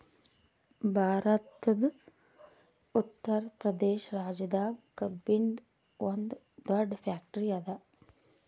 ಭಾರತದ್ ಉತ್ತರ್ ಪ್ರದೇಶ್ ರಾಜ್ಯದಾಗ್ ಕಬ್ಬಿನ್ದ್ ಒಂದ್ ದೊಡ್ಡ್ ಫ್ಯಾಕ್ಟರಿ ಅದಾ